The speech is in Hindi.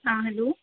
हाँ हैलो